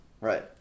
Right